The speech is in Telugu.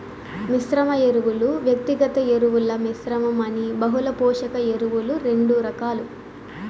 మిశ్రమ ఎరువులు, వ్యక్తిగత ఎరువుల మిశ్రమం అని బహుళ పోషక ఎరువులు రెండు రకాలు